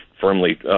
firmly